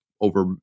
over